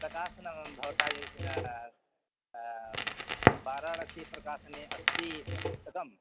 प्रकाशनं भवता यद् वाराणसीप्रकाशने अस्ति तत् पुस्तकं